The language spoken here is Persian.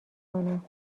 کنم